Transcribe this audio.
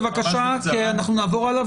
בבקשה כי אנחנו נעבור הלאה,